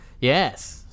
Yes